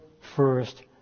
first